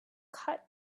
cut